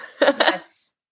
yes